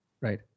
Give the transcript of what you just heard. Right